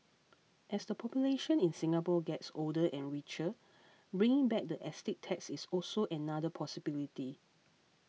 as the population in Singapore gets older and richer bringing back the estate tax is also another possibility